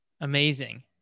Amazing